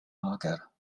mager